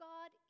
God